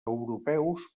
europeus